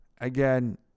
Again